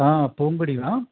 आं पोम्बुडी वा